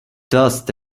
dust